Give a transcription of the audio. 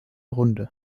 runde